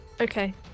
Okay